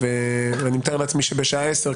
אני מתאר לעצמי שבשעה 10:00,